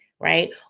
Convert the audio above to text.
Right